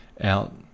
out